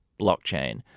blockchain